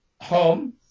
home